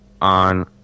on –